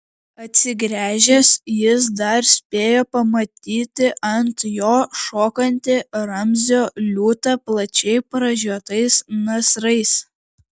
atsigręžęs jis dar spėjo pamatyti ant jo šokantį ramzio liūtą plačiai pražiotais nasrais